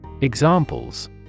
Examples